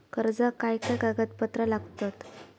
कर्जाक काय काय कागदपत्रा लागतत?